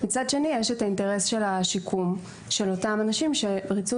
ומצד שני יש את האינטרס של השיקום של אותם אנשים שריצו